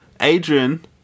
adrian